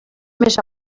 més